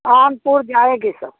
कानपुर जाएगी सर